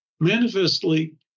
Manifestly